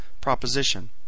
proposition